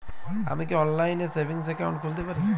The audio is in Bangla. আমি কি অনলাইন এ সেভিংস অ্যাকাউন্ট খুলতে পারি?